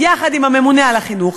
יחד עם הממונה על החינוך,